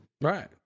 Right